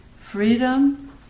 Freedom